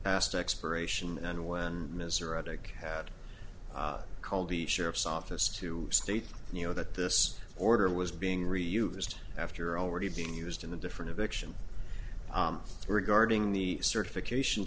asked expiration and when mr adic had called the sheriff's office to state you know that this order was being reused after already being used in the different eviction regarding the certification